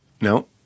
No